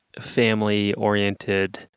family-oriented